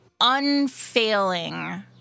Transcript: unfailing